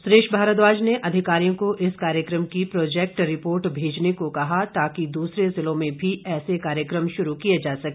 सुरेश भारद्वाज ने अधिकारियों को इस कार्यक्रम की प्रोजैक्ट रिपोर्ट भेजने को कहा ताकि दूसरे जिलों में भी ऐसे कार्यक्रम शुरू किए जा सके